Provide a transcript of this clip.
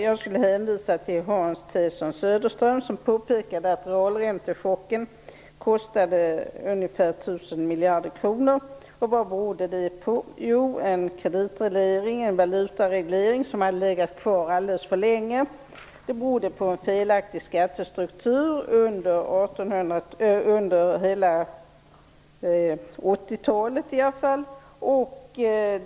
Jag vill hänvisa till Hans Tson Söderström som påpekade att realräntechocken kostade ungefär 1 000 miljarder kronor. Vad berodde det på? Jo, på en kreditreglering och en valutareglering som hade legat kvar alldeles för länge. Det berodde på en felaktig skattestruktur under hela 80-talet.